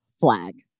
flag